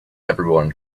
everyone